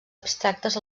abstractes